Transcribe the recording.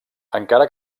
encara